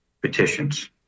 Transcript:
petitions